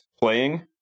playing